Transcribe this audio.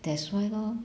that's why lor